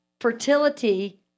Fertility